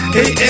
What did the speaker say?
Hey